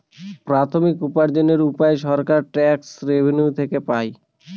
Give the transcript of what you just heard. প্রাথমিক উপার্জনের উপায় সরকার ট্যাক্স রেভেনিউ থেকে পাই